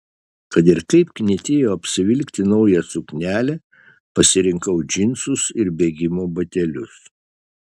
kad ir kaip knietėjo apsivilkti naują suknelę pasirinkau džinsus ir bėgimo batelius